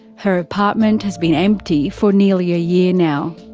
her apartment has been empty for nearly a year now.